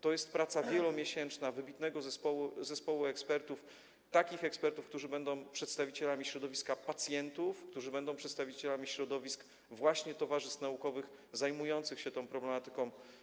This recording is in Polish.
To jest wielomiesięczna praca wybitnego zespołu ekspertów, takich ekspertów, którzy będą przedstawicielami środowiska pacjentów, którzy będą przedstawicielami środowisk towarzystw naukowych zajmujących się tą problematyką.